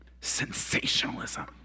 sensationalism